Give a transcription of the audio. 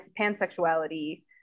pansexuality